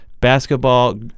basketball